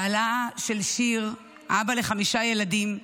בעלה של שיר, אבא לחמישה ילדים,